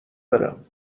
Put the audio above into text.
برم